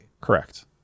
Correct